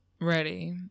ready